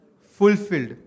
fulfilled